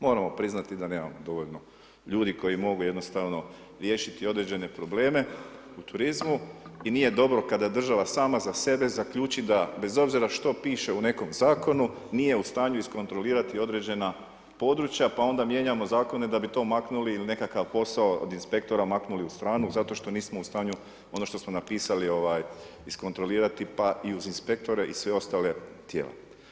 Moramo priznati da nemamo dovoljno ljudi koji mogu jednostavno riješiti određene probleme u turizmu i nije dobro kada država sama za sebe zaključi da bez obzira što piše u nekom zakonu nije u stanju iskontrolirati određena područja, pa onda mijenjamo zakone da bi to maknuli ili nekakav posao od inspektora maknuli u stranu zato što nismo u stanju ono što smo napisali iskontrolirati pa i uz inspektore i sve ostala tijela.